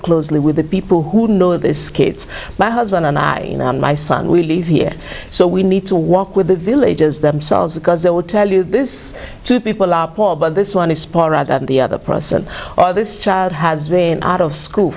closely with the people who know this kids my husband and i my son we leave here so we need to walk with the villagers themselves because they will tell you this two people are poor but this one is the other person or this child has been out of school